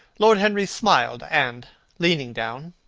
lord henry smiled, and leaning down,